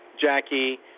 Jackie